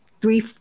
three